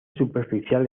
superficial